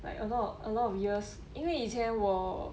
like a lot of a lot of years 因为以前我